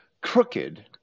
crooked